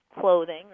clothing